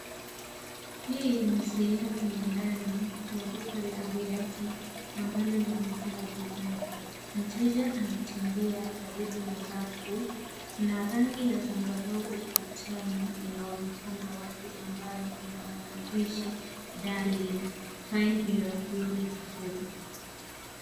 Hii ni sehemu ya ndani ya duka la viatu ambalo limejaa bidhaa. Mteja anatembea karibu na rafu na rangi ya zambarau ukutani inaonekana wazi ambayo kuna maandishi , Darling find your beautiful .